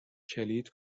کلید